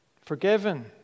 Forgiven